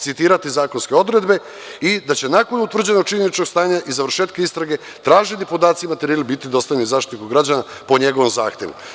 Citirati zakonske odredbe i da će nakon utvrđenog činjeničnog stanja i završetka istrage traženi podaci i materijal biti dostavljeni Zaštitniku građana po njegovom zahtevu.